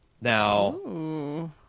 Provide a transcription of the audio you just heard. Now